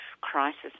crisis